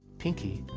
pinky